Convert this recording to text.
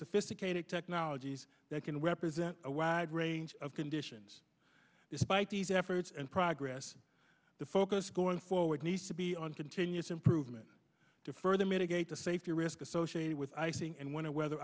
sophisticated technologies that can represent a wide range of conditions despite these efforts and progress the focus going forward needs to be on continuous improvement to further mitigate the safety risk associated with icing and when a weather